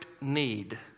need